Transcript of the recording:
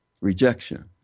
rejection